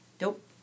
Nope